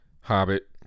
Hobbit